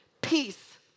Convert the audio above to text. peace